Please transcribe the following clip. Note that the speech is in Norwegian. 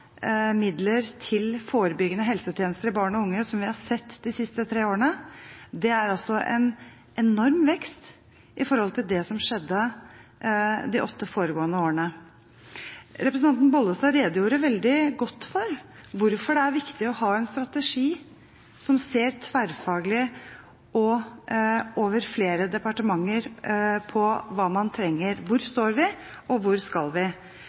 midler til forebyggende helsetjenester for barn og unge som vi har sett de siste tre årene, betyr en enorm vekst i forhold til det som skjedde de åtte foregående årene. Representanten Bollestad redegjorde veldig godt for hvorfor det er viktig å ha en strategi som ser tverrfaglig og over flere departementer på hva man trenger: Hvor står vi, og hvor skal vi?